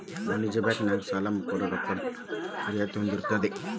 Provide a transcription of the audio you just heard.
ವಾಣಿಜ್ಯ ಬ್ಯಾಂಕ್ ನ್ಯಾಗ ಸಾಲಾ ಮುಂಗಡ ರೊಕ್ಕಾ ಬಿಲ್ಲು ಇವ್ಗಳ್ಮ್ಯಾಲೆ ರಿಯಾಯ್ತಿ ಹೊಂದಿರ್ತೆತಿ